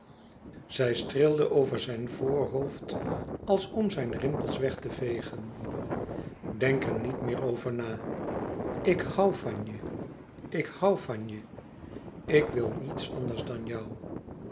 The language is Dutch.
zij streelde over zijn voorhoofd als om zijn rimpels weg te vegen denk er niet meer over na ik hoû van je ik hoû van je ik wil niets dan jou